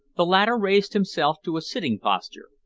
the latter raised himself to a sitting posture,